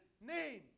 name